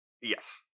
Yes